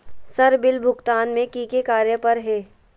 Sir बिल भुगतान में की की कार्य पर हहै?